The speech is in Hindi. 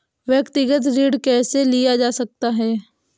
व्यक्तिगत ऋण कैसे लिया जा सकता है?